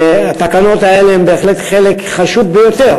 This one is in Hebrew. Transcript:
התקנות האלה הן בהחלט חלק חשוב ביותר